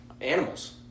Animals